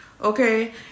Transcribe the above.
Okay